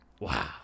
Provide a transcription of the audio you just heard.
Wow